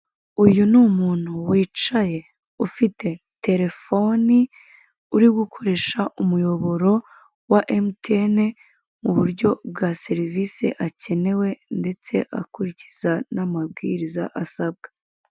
Uyu ni umuntu wicaye ufite terefone, uri gukoresha umuyoboro wa mtn mu buryo bwa serivise akenewe ndetse akurikiza n'amabwiriza asabwa.